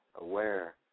aware